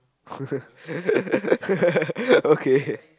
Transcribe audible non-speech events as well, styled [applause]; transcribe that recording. [laughs] okay